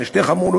בין שתי חמולות.